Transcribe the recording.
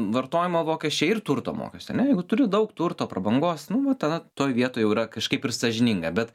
vartojimo mokesčiai ir turto mokestį ane jeigu turi daug turto prabangos nu va tada toj vietoj jau yra kažkaip ir sąžininga bet